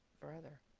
brother.